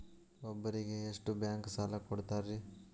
ಒಬ್ಬರಿಗೆ ಎಷ್ಟು ಬ್ಯಾಂಕ್ ಸಾಲ ಕೊಡ್ತಾರೆ?